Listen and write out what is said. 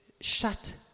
shut